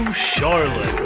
charlotte.